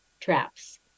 traps